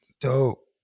Dope